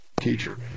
teacher